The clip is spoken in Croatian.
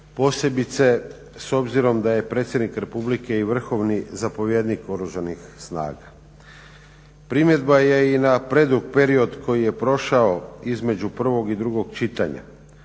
posebice s obzirom da je predsjednik Republike i vrhovni zapovjednik Oružanih snaga. Primjedba je i na predug period koji je prošao između prvog i drugog čitanja.